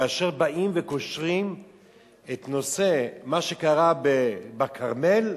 כאשר באים וקושרים את הנושא, מה שקרה בכרמל,